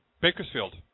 Bakersfield